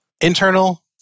internal